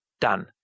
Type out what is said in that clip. Done